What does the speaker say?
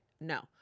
No